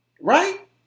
Right